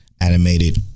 animated